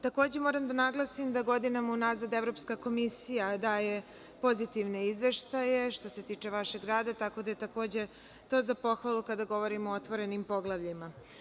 Takođe moram da naglasim da godinama unazad Evropska komisija daje pozitivne izveštaje što se tiče vašeg rada, tako da je takođe to za pohvalu kada govorimo o otvorenim poglavljima.